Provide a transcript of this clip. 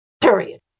Period